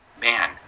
man